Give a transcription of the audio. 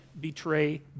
betray